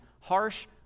harsh